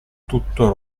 tutto